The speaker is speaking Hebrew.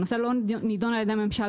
הנושא לא נידון על יד הממשלה.